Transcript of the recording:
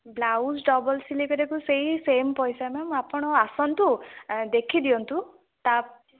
blouse double ସିଲେଇ କରିବାକୁ ସେଇ ସେମ୍ ପଇସା ମ୍ୟାଡ଼ାମ୍ ଆପଣ ଆସନ୍ତୁ ଦେଖି ଦିଅନ୍ତୁ ତା